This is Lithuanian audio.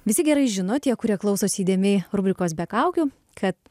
visi gerai žino tie kurie klausosi įdėmiai rubrikos be kaukių kad